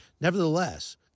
Nevertheless